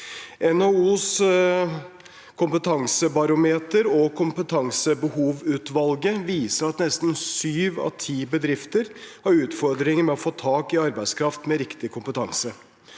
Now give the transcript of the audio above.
NHOs kompetansebarometer og kompetansebehovsutvalget viser at nesten syv av ti bedrifter har utfordringer med å få tak i arbeidskraft med riktig kompetanse.